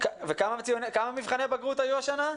וכמה מבחני בגרות היו השנה?